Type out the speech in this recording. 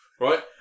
right